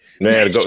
Man